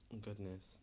goodness